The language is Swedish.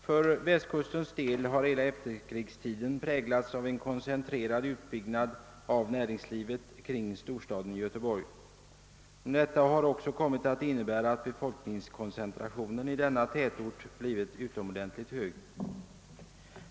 Hela efterkrigstiden har för västkustens del präglats av en koncentrerad utbyggnad av näringslivet kring storstaden Göteborg. Detta har också kommit att innebära, att befolkningskoncentrationen i denna tätort blivit utomordentligt hög.